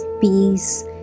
peace